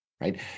Right